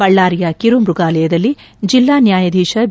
ಬಳ್ಳಾರಿಯ ಕಿರು ಮೃಗಾಲಯದಲ್ಲಿ ಜಿಲ್ಲಾ ನ್ಯಾಯಾಧೀಶ ಬಿ